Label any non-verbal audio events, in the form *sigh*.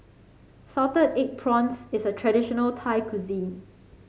Salted Egg Prawns is a traditional *unintelligible* cuisine